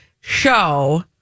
show